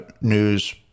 news